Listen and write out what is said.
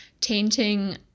tainting